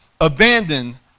abandon